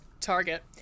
Target